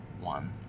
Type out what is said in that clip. one